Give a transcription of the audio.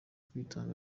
kwitanga